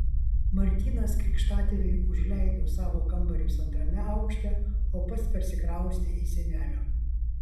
martynas krikštatėviui užleido savo kambarius antrame aukšte o pats persikraustė į senelio